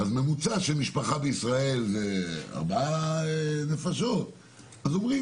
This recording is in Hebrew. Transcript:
ממוצע של משפחה בישראל זה ארבע נפשות, אז אומרים